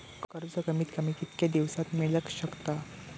कर्ज कमीत कमी कितक्या दिवसात मेलक शकता?